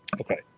Okay